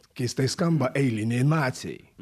keistai skamba eiliniai naciai